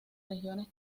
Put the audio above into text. regiones